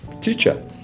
Teacher